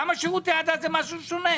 למה שירותי הדת הם משהו שונה?